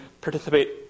participate